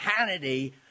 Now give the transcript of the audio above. Hannity